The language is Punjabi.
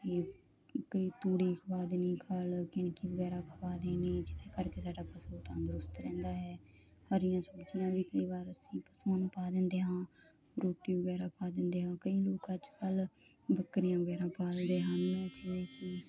ਤੇ ਕਈ ਤੂੜੀ ਖਵਾ ਦੇਣੀ ਖਲ ਕਣਕ ਵਗੈਰਾ ਖਵਾ ਦੇਣੀ ਜਿਹਦੇ ਕਰਕੇ ਸਾਡਾ ਪਸ਼ੂ ਤੰਦਰੁਸਤ ਰਹਿੰਦਾ ਹੈ ਹਰੀਆਂ ਸਬਜੀਆਂ ਵੀ ਕਈ ਵਾਰ ਅਸੀਂ ਪਸ਼ੂਆਂ ਨੂੰ ਪਾ ਦਿੰਦੇ ਹਾਂ ਰੋਟੀ ਵਗੈਰਾ ਪਾ ਦਿੰਦੇ ਹਾਂ ਕਈ ਲੋਕ ਅੱਜ ਕੱਲ ਬੱਕਰੀਆਂ ਵਗੈਰਾ ਪਾ ਲੈਂਦੇ ਹਨ ਜਿਵੇਂ ਕੀ